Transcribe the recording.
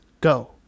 Go